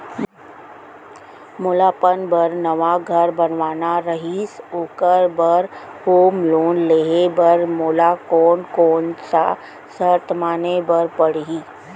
मोला अपन बर नवा घर बनवाना रहिस ओखर बर होम लोन लेहे बर मोला कोन कोन सा शर्त माने बर पड़ही?